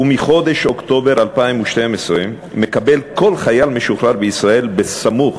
ומחודש אוקטובר 2012 כל חייל משוחרר בישראל מקבל סמוך